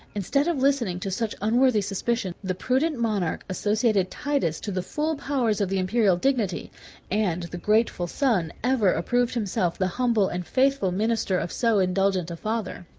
instead of listening to such unworthy suspicions, the prudent monarch associated titus to the full powers of the imperial dignity and the grateful son ever approved himself the humble and faithful minister of so indulgent a father.